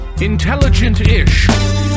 Intelligent-ish